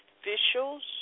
officials